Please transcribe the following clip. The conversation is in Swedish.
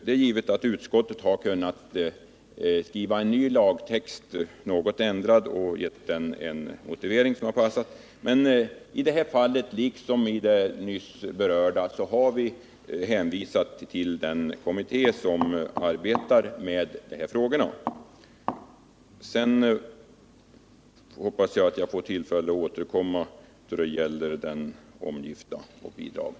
Det är givet att utskottet hade kunnat skriva en något ändrad lagtext och gett den en passande motivering, men i det här fallet, liksom i det nyss berörda, har vi hänvisat till den kommitté som arbetar med de här frågorna. Jag hoppas få tillfälle återkomma till frågan om bidrag till omgifta.